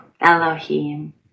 Elohim